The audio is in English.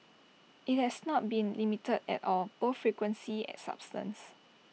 IT has not been limited at all both frequency and substance